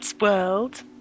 world